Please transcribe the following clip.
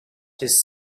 his